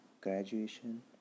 graduation